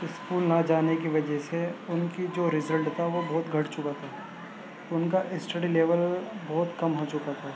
school نہ جانے کی وجہ سے ان کی جو ریزلٹ تھا وہ بہت گھٹ چکا تھا ان کا اسٹڈی لیول بہت کم ہو چکا تھا